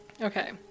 Okay